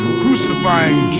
crucifying